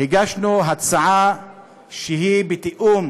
הגשנו הצעה שהיא בתיאום